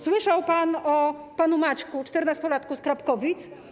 Słyszał pan o panu Maćku, czternastolatku z Krapkowic?